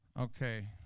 Okay